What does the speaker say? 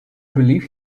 believe